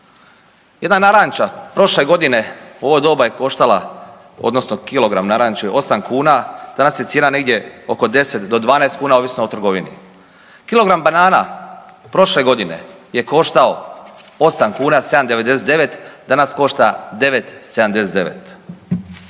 Jedna naranča prošle godine u ovo doba je koštala odnosno kilogram naranči 8 kuna, danas je negdje oko 10 do 12 kuna ovisno o trgovini. Kilogram banana prošle godine je koštao 8 kuna 7,99, danas košta 9,79.